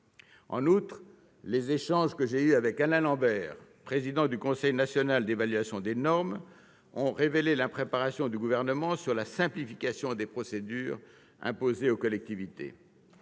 En outre, les échanges que j'ai eus avec Alain Lambert, président du Conseil national d'évaluation des normes, ont révélé l'impréparation du Gouvernement quant à la simplification des procédures imposées aux collectivités.